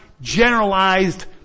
generalized